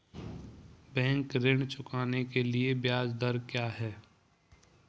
Bank ऋण चुकाने के लिए ब्याज दर क्या है?